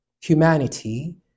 humanity